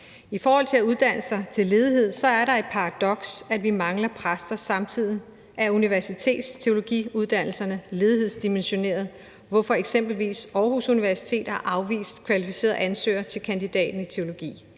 I forhold til at uddanne sig til ledighed er der et paradoks, nemlig at vi mangler præster, samtidig med at universiteternes teologiuddannelser er ledighedsdimensioneret, hvorfor eksempelvis Aarhus Universitet har afvist kvalificerede ansøgere til kandidatuddannelsen i teologi.